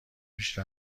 پیش